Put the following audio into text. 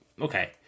Okay